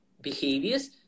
behaviors